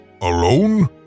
alone